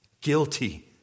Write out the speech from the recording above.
guilty